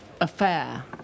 affair